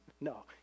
No